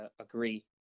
agree